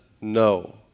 No